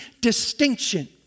distinction